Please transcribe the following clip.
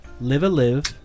Live-a-Live